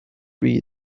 man